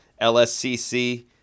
LSCC